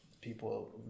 people